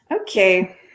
Okay